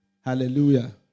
Hallelujah